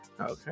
Okay